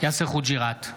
יאסר חוג'יראת,